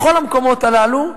בכל המקומות הללו,